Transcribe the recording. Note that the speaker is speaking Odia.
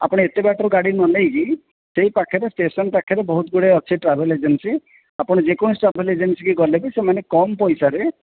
ଆପଣ ଏତେ ବାଟରୁ ଗାଡ଼ି ନ ନେଇକି ସେଇ ପାଖରେ ଷ୍ଟେସନ ପାଖରେ ବହୁତ ଗୁଡେ ଅଛି ଟ୍ରାଭେଲ ଏଜେନ୍ସି ଆପଣ ଯେ କୌଣସି ଟ୍ରାଭେଲ ଏଜେନ୍ସି କି ଗଲେ ବି ସେମାନେ କମ ପଇସା ରେ